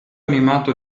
animato